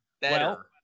better